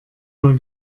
mal